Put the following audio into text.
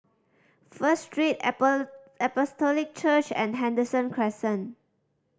First Street Church and Henderson Crescent